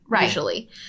usually